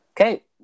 Okay